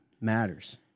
matters